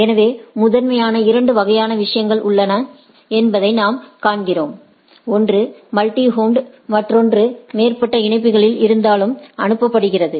ஆகவே முதன்மையாக இரண்டு வகையான விஷயங்கள் உள்ளன என்பதை நாம் காண்கிறோம் ஒன்று மல்டி ஹோம் மற்றும் ஒன்றுக்கு மேற்பட்ட இணைப்புகள் இருந்தாலும் அனுப்பப்படுகிறது